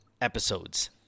episodes